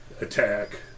attack